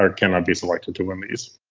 ah cannot be selected to win these.